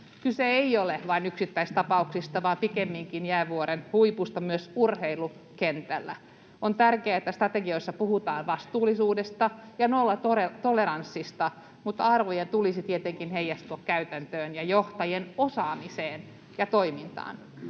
Kyse ei ole vain yksittäistapauksista vaan pikemminkin jäävuoren huipusta myös urheilukentällä. On tärkeää, että strategioissa puhutaan vastuullisuudesta ja nollatoleranssista, mutta arvojen tulisi tietenkin heijastua käytäntöön ja johtajien osaamiseen ja toimintaan.